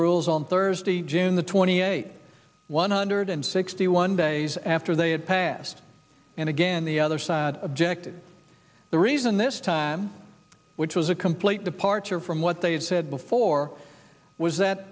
rules on thursday june the twenty eighth one hundred sixty one days after they had passed and again the other side objected the reason this time which was a complete departure from what they had said before was that